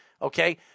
Okay